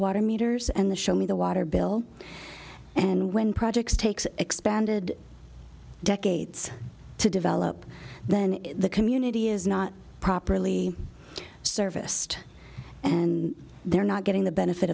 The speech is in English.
water meters and the show me the water bill and when projects takes expanded decades to develop then the community is not properly service and they're not getting the benefit